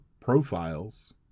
profiles